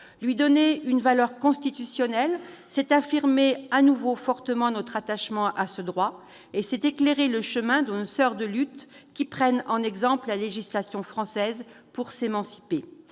Lui donner une valeur constitutionnelle, c'est affirmer de nouveau fortement notre attachement à ce droit, c'est éclairer le chemin de nos soeurs de lutte qui prennent en exemple la législation française pour s'émanciper.